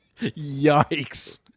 Yikes